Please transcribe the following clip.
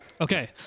Okay